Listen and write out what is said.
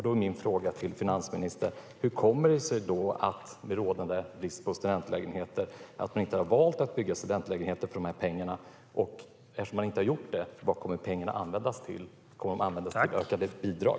Då är min fråga till finansministern: Hur kommer det sig att man vid rådande brist på studentlägenheter inte har valt att bygga studentlägenheter för dessa pengar? Eftersom man inte har gjort det undrar jag vad pengarna kommer att användas till. Kommer de att användas till ökade bidrag?